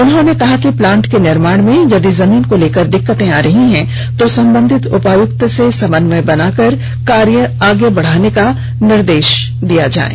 उन्होंने कहा कि प्लांट के निर्माण में यदि जमीन को लेकर दिक्कत आ रही है तो संबंधित उपायुक्त से समन्वय बनाकर कार्य आगे बढ़ाने का निर्देष दिया जाये